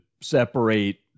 separate